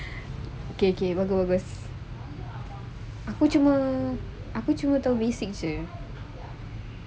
okay okay bagus bagus aku cuma aku cuma tahu messenger